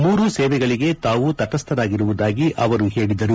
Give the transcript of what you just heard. ಮೂರು ಸೇವೆಗಳಿಗೆ ತಾವು ತಣಸ್ಥರಾಗಿರುವುದಾಗಿ ಅವರು ಹೇಳಿದರು